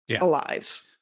alive